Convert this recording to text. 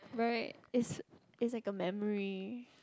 right is is like a memory